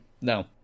No